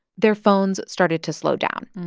their phones started to slow down.